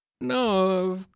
No